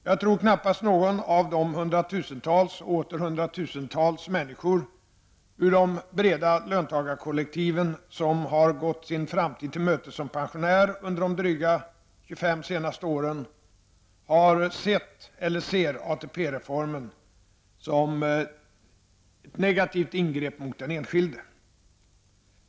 Jag tror knappast någon av de hundratusentals och åter hundratusentals människor ur de breda löntagarkollektiven som har gått sin framtid till mötes som pensionär under de dryga 25 senaste åren har sett, eller ser, ATP-reformen som ett negativt ingrepp mot den enskilde.